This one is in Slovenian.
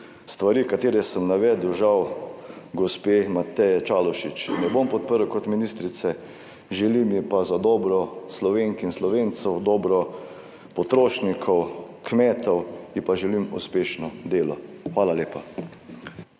stvari katere sem navedel, žal gospe Mateje Čalušić ne bom podprl kot ministrice, želim ji pa za dobro Slovenk in Slovencev, v dobro potrošnikov, kmetov, ji pa želim uspešno delo. Hvala lepa.